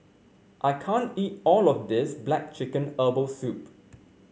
I can't eat all of this black chicken Herbal Soup